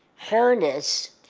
harness,